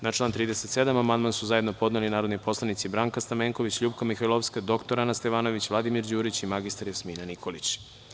Na član 37. amandman su zajedno podneli narodni poslanici Branka Stamenković, LJupka Mihajlovska, dr Ana Stevanović, Vladimir Đurić i mr Jasmina Nikolić.